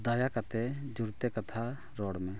ᱫᱟᱭᱟ ᱠᱟᱛᱮᱫ ᱡᱳᱨᱛᱮ ᱠᱟᱛᱷᱟ ᱨᱚᱲᱢᱮ